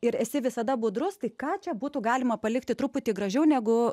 ir esi visada budrus tai ką čia būtų galima palikti truputį gražiau negu